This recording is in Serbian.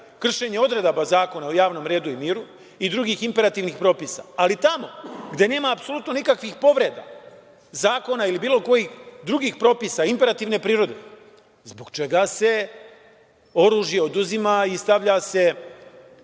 kršenje odredaba Zakona o javnom redu i miru i drugih imperativnih propisa. Ali, tamo gde nema apsolutno nikakvih povreda zakona ili bilo kojih drugih pripisa imperativne prirode, zbog čega se oružje oduzima i stavlja se